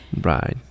right